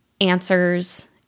answers